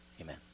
Amen